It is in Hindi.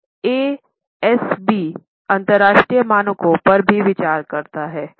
अब एएसबी अंतर्राष्ट्रीय मानकों पर भी विचार करता है